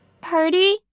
Party